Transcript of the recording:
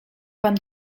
pan